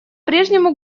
прежнему